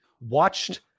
watched